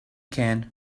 can